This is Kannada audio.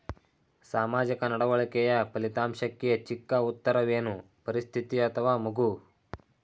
ಸಾಮಾಜಿಕ ನಡವಳಿಕೆಯ ಫಲಿತಾಂಶಕ್ಕೆ ಚಿಕ್ಕ ಉತ್ತರವೇನು? ಪರಿಸ್ಥಿತಿ ಅಥವಾ ಮಗು?